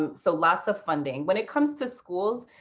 um so lots of funding. when it comes to schools,